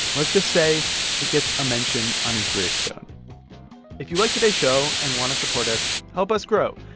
let's just say it gets a mention on his gravestone if you liked today's show and want to support us, help us grow.